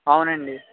అవునండి